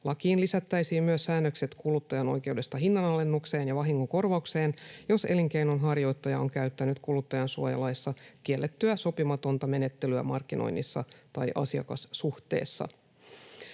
Lakiin lisättäisiin myös säännökset kuluttajan oikeudesta hinnanalennukseen ja vahingonkorvaukseen, jos elinkeinonharjoittaja on käyttänyt kuluttajansuojalaissa kiellettyä sopimatonta menettelyä markkinoinnissa tai asiakassuhteessa.